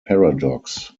paradox